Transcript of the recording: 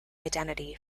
identity